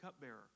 cupbearer